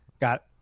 got